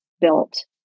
built